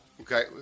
Okay